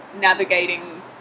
navigating